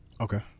Okay